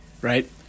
right